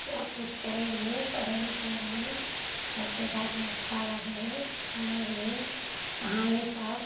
सब किछु करै रहियै पढ़ै लिखै रहियै सबके साथमे अच्छा लागै रहै सुनै रहियै कहानी सब